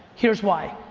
here's why.